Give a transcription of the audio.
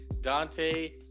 Dante